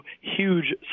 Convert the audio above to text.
huge